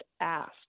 asked